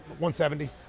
170